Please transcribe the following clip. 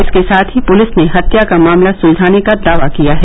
इसके साथ ही पुलिस ने हत्या का मामला सुलझाने का दावा किया है